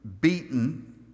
beaten